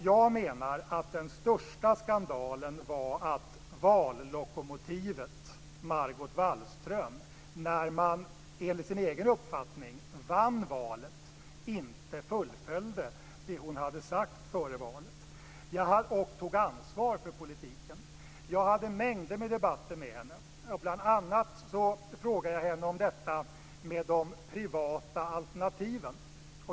Jag menar att den största skandalen var att vallokomotivet Margot Wallström när man enligt sin egen uppfattning vann valet inte fullföljde det hon hade sagt före valet och tog ansvar för politiken. Jag hade mängder av debatter med henne. Bl.a. frågade jag henne om detta med de privata alternativen.